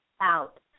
out